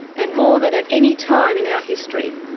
and more than at any time in our history,